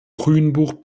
grünbuch